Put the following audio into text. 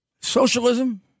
socialism